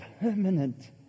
permanent